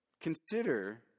Consider